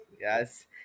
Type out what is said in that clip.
Yes